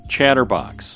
Chatterbox